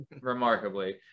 remarkably